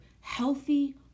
Healthy